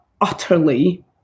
utterly